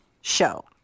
show